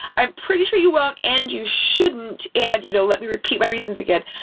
i'm pretty sure you won't and you shouldn't and you know let me repeat my reasons again.